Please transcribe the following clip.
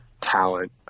talent